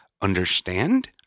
understand